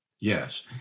Yes